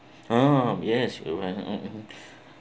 oh yes you right mm